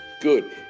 good